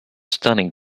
stunning